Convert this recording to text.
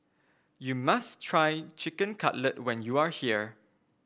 you must try Chicken Cutlet when you are here